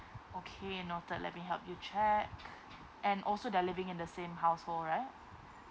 okay noted let me help you check and also they're living in the same household right